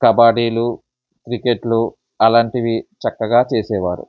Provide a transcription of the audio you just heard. కబాడీలు క్రికెట్లు అలాంటివి చక్కగా చేసేవారు